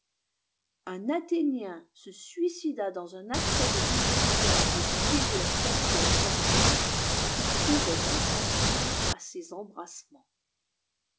un athénien se suicida dans un accès de désespoir aux pieds de la statue de la fortune qu'il trouvait insensible à ses encrassements